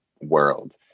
world